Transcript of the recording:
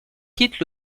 quitte